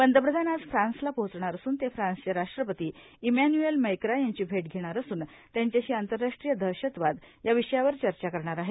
पंतप्रधान आज फ्रान्सला पोहोचणार असून ते फ्रान्सचे राश्ट्रपती इमॅन्युअल मैक्रा यांची भेंट घेणार असून त्यांच्याषी आंतरराश्ट्रीय दहषतवाद या विशयावर चर्चा करणार आहेत